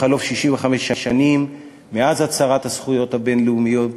בחלוף 65 שנים מאז הצהרת הזכויות הבין-לאומית,